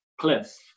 cliff